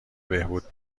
بهبود